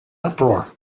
uproar